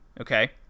okay